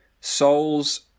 Souls